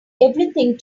everything